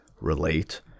relate